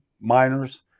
miners